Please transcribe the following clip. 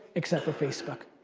except for facebook.